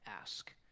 ask